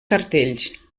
cartells